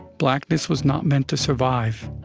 blackness was not meant to survive,